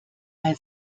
bei